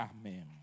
Amen